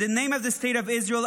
in the name of the state of Israel,